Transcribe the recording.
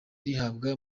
rihabwa